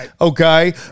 Okay